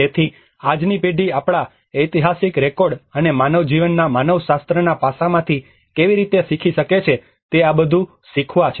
તેથી આજની પેઢી આપણા એઈતિહાસિક રેકોર્ડ્સ અને માનવ જીવનના માનવશાસ્ત્રના પાસામાંથી કેવી રીતે શીખી શકે છે તે આ બધું શીખવા છે